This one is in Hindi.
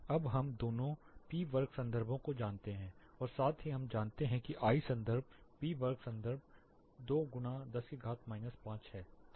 अब हम दोनों p वर्ग संदर्भों को जानते हैं और साथ ही हम जानते हैं कि I संदर्भ p वर्ग संदर्भ 2x10 5 है